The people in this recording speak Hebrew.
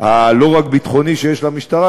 הלא-רק-ביטחוני שיש למשטרה,